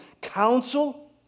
counsel